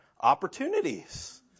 opportunities